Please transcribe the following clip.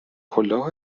کلاه